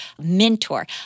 mentor